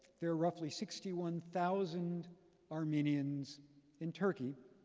there are roughly sixty one thousand armenians in turkey.